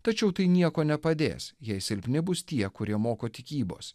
tačiau tai nieko nepadės jei silpni bus tie kurie moko tikybos